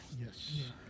Yes